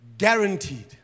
guaranteed